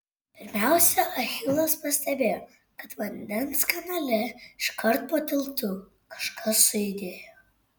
pirmiausia achilas pastebėjo kad vandens kanale iškart po tiltu kažkas sujudėjo